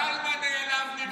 קלמן נעלב ממך,